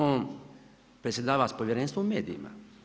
On predsjedava s povjerenstvom u medijima.